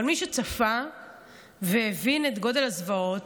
אבל מי שצפה והבין את גודל הזוועות,